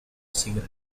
cigarette